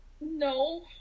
No